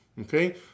Okay